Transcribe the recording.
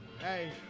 Hey